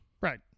Right